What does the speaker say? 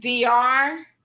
DR